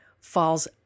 falls